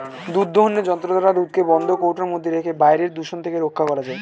দুধ দোহনের যন্ত্র দ্বারা দুধকে বন্ধ কৌটোর মধ্যে রেখে বাইরের দূষণ থেকে রক্ষা করা যায়